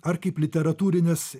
ar kaip literatūrinės